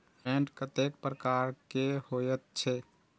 मैंट कतेक प्रकार के होयत छै?